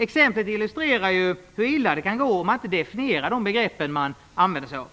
Exemplet illustrerar hur illa det kan gå om man inte definierar de begrepp man använder sig av.